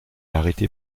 arrêté